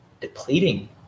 depleting